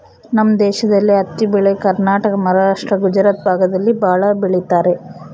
ನಮ್ ದೇಶದಲ್ಲಿ ಹತ್ತಿ ಬೆಳೆ ಕರ್ನಾಟಕ ಮಹಾರಾಷ್ಟ್ರ ಗುಜರಾತ್ ಭಾಗದಲ್ಲಿ ಭಾಳ ಬೆಳಿತರೆ